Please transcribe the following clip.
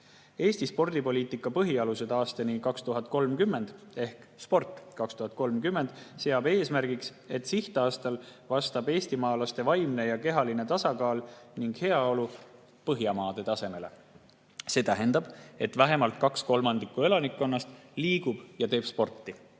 "Eesti spordipoliitika põhialused aastani 2030" ehk "Sport 2030" seab eesmärgiks, et sihtaastal vastaks eestimaalaste vaimne ja kehaline tasakaal ning heaolu Põhjamaade tasemele. See tähendab, et vähemalt kaks kolmandikku meie elanikkonnast liigub ja teeb sporti.